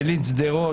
יליד שדרות.